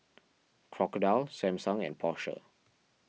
Crocodile Samsung and Porsche